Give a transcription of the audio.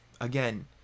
again